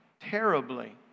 terribly